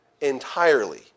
entirely